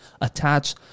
attach